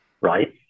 right